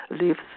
lives